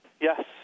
Yes